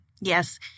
Yes